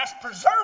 preserved